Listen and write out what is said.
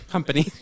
Company